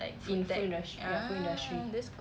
in food industry ya food industry